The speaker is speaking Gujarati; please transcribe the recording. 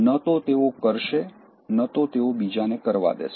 ન તો તેઓ કરશે ન તો તેઓ બીજાને કરવા દેશે